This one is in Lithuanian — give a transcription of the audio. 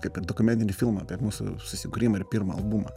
kaip ir dokumentinį filmą apie mūsų susikūrimą ir pirmą albumą